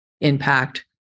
impact